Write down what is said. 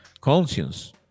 conscience